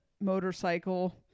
motorcycle